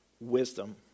wisdom